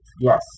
Yes